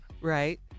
right